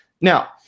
Now